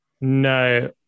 No